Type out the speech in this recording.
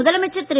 முதலமைச்சர் திரு